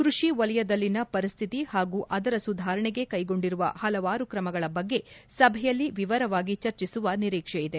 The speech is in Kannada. ಕೃಷಿ ವಲಯದಲ್ಲಿನ ಪರಿಸ್ಥಿತಿ ಹಾಗೂ ಅದರ ಸುಧಾರಣೆಗೆ ಕೈಗೊಂಡಿರುವ ಹಲವಾರು ಕ್ರಮಗಳ ಬಗ್ಗೆ ಸಭೆಯಲ್ಲಿ ವಿವರವಾಗಿ ಚರ್ಚಿಸುವ ನಿರೀಕ್ಷೆಯಿದೆ